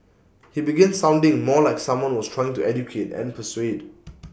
he began sounding more like someone who was trying to educate and persuade